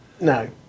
no